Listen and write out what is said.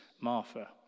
Martha